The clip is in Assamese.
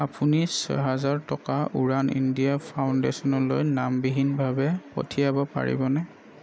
আপুনি ছয় হাজাৰ টকা উড়ান ইণ্ডিয়া ফাউণ্ডেশ্যনলৈ নামবিহীনভাৱে পঠিয়াব পাৰিবনে